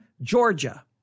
Georgia